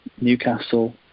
Newcastle